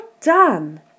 done